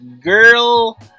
girl